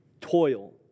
toil